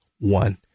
one